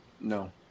No